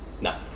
No